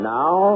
now